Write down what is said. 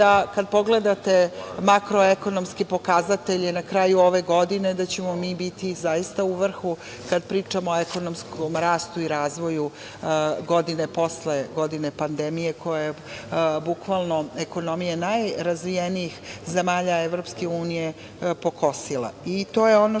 kad pogledate makro-ekonomske pokazatelje na kraju ove godine, da ćemo mi biti zaista u vrhu kada pričamo o ekonomskom rastu i razvoju godine posle godine pandemije koja je bukvalno ekonomije najrazvijenijih zemalja EU pokosila. To je ono